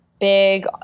big